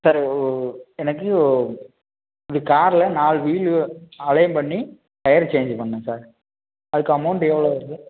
sir உ எனக்கு இந்த காரில் நாலு வீலு அலைன் பண்ணி டயர் சேஞ்சு பண்ணணும் சார் அதுக்கு அமௌண்ட் எவ்வளோ வருது